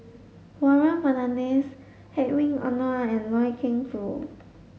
Warren Fernandez Hedwig Anuar and Loy Keng Foo